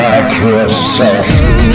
Microsoft